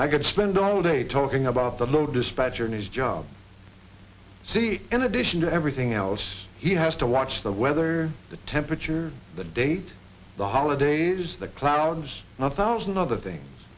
i could spend all day talking about the low dispatcher nice job see in addition to everything else he has to watch the weather the temperature the date the holidays the clouds not thousand other things